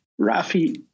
Rafi